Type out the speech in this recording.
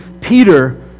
Peter